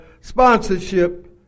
sponsorship